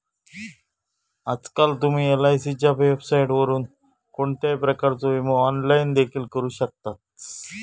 आजकाल तुम्ही एलआयसीच्या वेबसाइटवरून कोणत्याही प्रकारचो विमो ऑनलाइन देखील करू शकतास